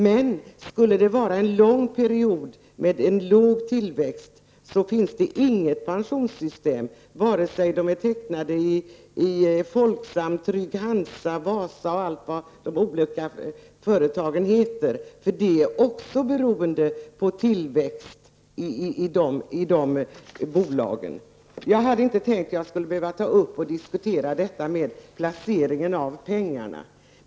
Men om vi skulle få en lång period med låg tillväxt finns det inget pensionssystem som fungerar, vare sig pensionerna är tecknade i Folksam, Trygg-Hansa, Wasa eller något annat försäkringsbolag, eftersom man även i de bolagen är beroende av tillväxt. Jag trodde inte att jag skulle behöva ta upp frågan om placeringen av pengarna.